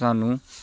ਸਾਨੂੰ